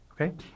okay